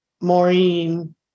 Maureen